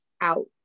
out